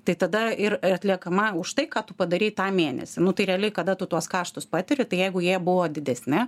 tai tada ir atliekama už tai ką tu padarei tą mėnesį nu tai realiai kada tu tuos kaštus patiri tai jeigu jie buvo didesni